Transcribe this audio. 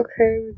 okay